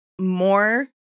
more